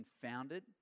confounded